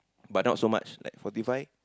but not so much like forty five